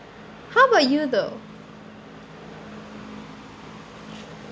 how about you though